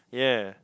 yeah